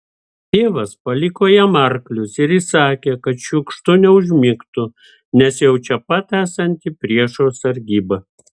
tėvas paliko jam arklius ir įsakė kad šiukštu neužmigtų neš jau čia pat esanti priešo sargyba